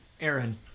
Aaron